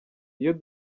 iyo